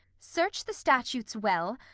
search the statutes well,